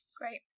Great